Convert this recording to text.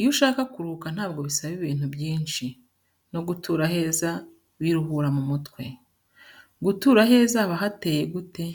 Iyo ushaka kuruhuka ntabwo bisaba ibintu byinshi, no gutura aheza biruhura mu mutwe. Gutura aheza haba hateye gute?